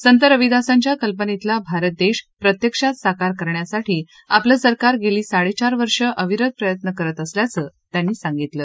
संत रविदासांच्या कल्पनेतला भारत देश प्रत्यक्षात साकार करण्यासाठी आपलं सरकार गेली साडेचार वर्षं अविरत प्रयत्न करत असल्याचं त्यांनी सांगितलं